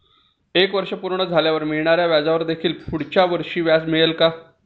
एक वर्ष पूर्ण झाल्यावर मिळणाऱ्या व्याजावर देखील पुढच्या वर्षी व्याज मिळेल का?